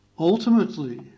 Ultimately